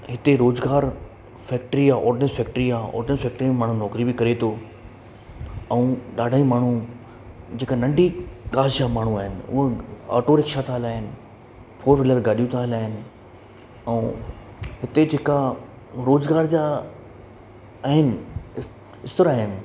हिते रोजगार फैक्ट्री आ ओड्नैस फैक्ट्री आहे ओड्नैस फैक्ट्री में माण्हू नौकिरी बि करे थो ऐं ॾाढा ई माण्हू जेका नंढी कास्ट जा माण्हू आहिनि उहे ऑटो रिक्शा था हलाइनि फोर वीलर गाॾियूं था हलाइनि ऐं हिते जेका रोज़गार जा आहिनि स्तर आहिनि